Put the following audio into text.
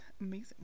amazing